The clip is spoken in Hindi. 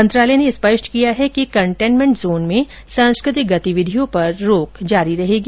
मंत्रालय ने स्पष्ट किया है कि कंटेनमेंट जोन में सांस्कृतिक गतिविधियों पर रोक जारी रहेगी